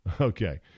Okay